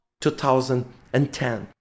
2010